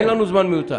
אין לנו זמן מיותר.